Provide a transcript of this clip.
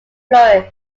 flourish